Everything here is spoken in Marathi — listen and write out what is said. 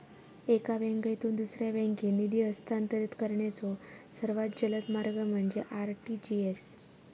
एका बँकेतून दुसऱ्या बँकेत निधी हस्तांतरित करण्याचो सर्वात जलद मार्ग म्हणजे आर.टी.जी.एस